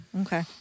Okay